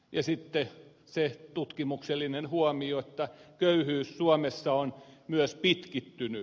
ja sitten se tutkimuksellinen huomio että köyhyys suomessa on myös pitkittynyt